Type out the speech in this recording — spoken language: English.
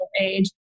age